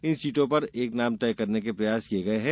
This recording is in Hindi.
इन सीटों पर एक नाम तय करने के प्रयास किये गये हैं